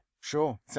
Sure